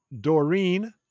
Doreen